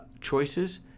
choices